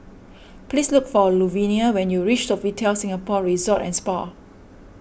please look for Luvenia when you reach Sofitel Singapore Resort and Spa